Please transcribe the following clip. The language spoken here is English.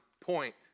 point